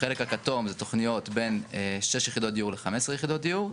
בחלק הכתום זה תוכניות בין שש יחידות דיור ל-15 יחידות דיור.